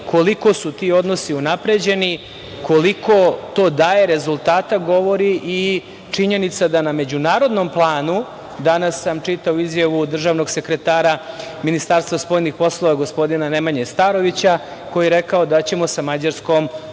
koliko su ti odnosi unapređeni, koliko to daje rezultata govori i činjenica na međunarodnom planu, danas sam čitao izjavu državnog sekretara Ministarstva spoljnih poslova, gospodina Nemanje Starovića, koji je rekao da ćemo sa Mađarskom